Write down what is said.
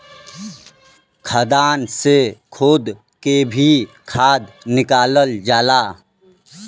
खदान से खोद के भी खाद निकालल जाला